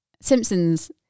Simpsons